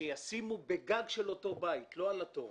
שישימו בגג של בית, לא על התורן,